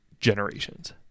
generations